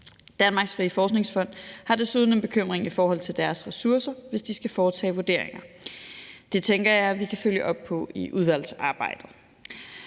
Danmarks Frie Forskningsfond har desuden en bekymring i forhold til deres ressourcer, hvis de skal foretage vurderinger. Det tænker jeg vi kan følge op på i udvalgsarbejdet.